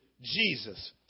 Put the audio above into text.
Jesus